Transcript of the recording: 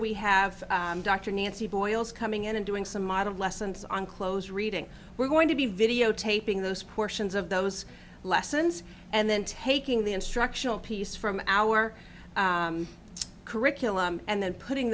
we have dr nancy boyle's coming in and doing some modern lessons on close reading we're going to be videotaping those portions of those lessons and then taking the instructional piece from our curriculum and then putting